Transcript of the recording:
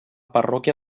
parròquia